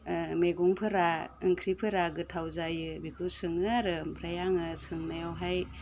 मैगंफोरा ओंख्रिफोरा गोथाव जायो बेखौ सोङो आरो ओमफ्राय आङो सोंनायावहाय